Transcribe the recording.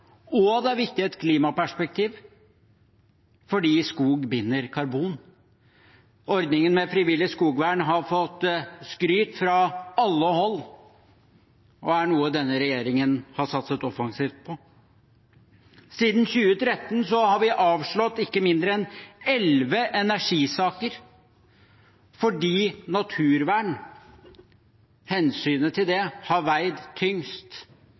og i et klimaperspektiv, fordi skog binder karbon. Ordningen med frivillig skogvern har fått skryt fra alle hold og er noe denne regjeringen har satset offensivt på. Siden 2013 har vi avslått ikke mindre enn elleve energisaker fordi hensynet til naturvern har veid tyngst.